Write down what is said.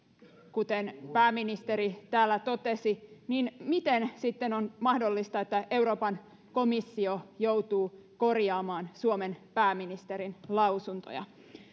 kuten pääministeri täällä totesi niin miten sitten on mahdollista että euroopan komissio joutuu korjaamaan suomen pääministerin lausuntoja